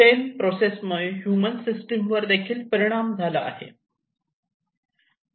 चैन process मुळे human system वर देखील परिणाम झाला आहे